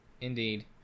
Indeed